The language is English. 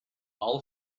all